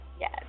yes